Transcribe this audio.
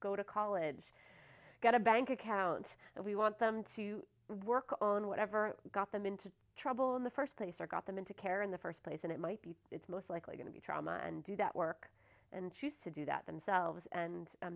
go to college get a bank account and we want them to work on whatever got them into trouble in the first place or got them into care in the first place and it might be it's most likely going to be trauma and do that work and choose to do that themselves and